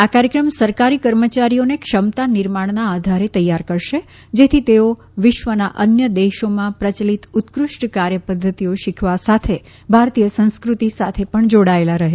આ કાર્યક્રમ સરકારી કર્મચારીઓને ક્ષમતા નિર્માણના આધારે તૈયાર કરશે જેથી તેઓ વિશ્વના અન્ય દેશોમાં પ્રચલિત ઉત્કૃષ્ટ કાર્ય પધ્ધતિઓ શિખવા સાથે ભારતીય સંસ્કૃતિ સાથે પણ જોડાયેલા રહે